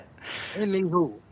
anywho